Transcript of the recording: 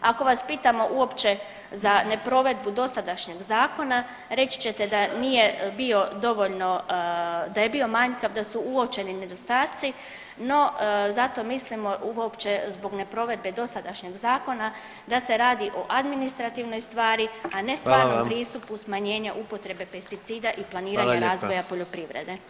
Ako vas pitamo uopće za neprovedbu dosadašnjeg zakona, reći ćete da nije bio dovoljno da je bio manjkav da su uočeni nedostaci, no zato mislimo uopće zbog neprovedbe dosadašnjeg zakona da se radio o administrativnoj stvari [[Upadica predsjednik: Hvala vam.]] a ne stvarnom pristupu smanjenja upotrebe pesticida i [[Upadica predsjednik: Hvala lijepa.]] planiranja razvoja poljoprivrede.